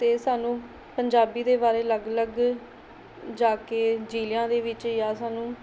ਅਤੇ ਸਾਨੂੰ ਪੰਜਾਬੀ ਦੇ ਬਾਰੇ ਅਲੱਗ ਅਲੱਗ ਜਾ ਕੇ ਜ਼ਿਲ੍ਹਿਆਂ ਦੇ ਵਿੱਚ ਜਾਂ ਸਾਨੂੰ